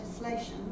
legislation